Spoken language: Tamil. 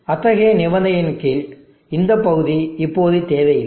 அத்தகைய நிபந்தனையின் கீழ் இந்த பகுதி இப்போது தேவையில்லை